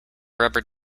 rubber